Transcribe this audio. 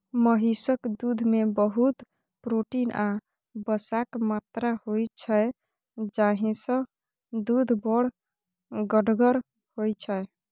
महिषक दुधमे बहुत प्रोटीन आ बसाक मात्रा होइ छै जाहिसँ दुध बड़ गढ़गर होइ छै